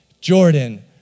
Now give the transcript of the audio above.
Jordan